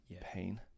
pain